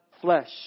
flesh